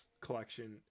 collection